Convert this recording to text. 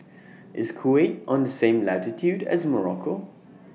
IS Kuwait on The same latitude as Morocco